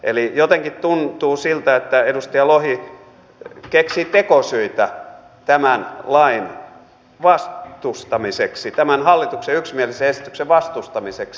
eli jotenkin tuntuu siltä että edustaja lohi keksii tekosyitä tämän lain vastustamiseksi tämän hallituksen yksimielisen esityksen vastustamiseksi